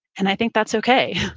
and i think that's okay